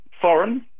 foreign